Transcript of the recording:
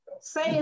Say